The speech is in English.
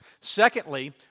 Secondly